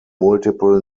multiple